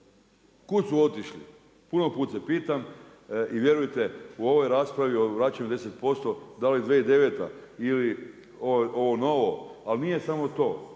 Kud su otišli? Puno puta se pitam i vjerujte, u ovoj raspravi o vraćanju 10% dali 2009. ili ovo novo, ali nije samo to,